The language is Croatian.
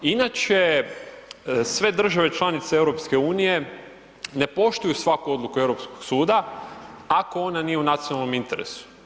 Inače sve države članice EU ne poštuju svaku odluku Europskog suda ako ona nije u nacionalnom interesu.